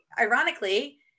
ironically